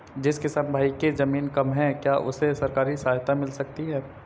जिस किसान भाई के ज़मीन कम है क्या उसे सरकारी सहायता मिल सकती है?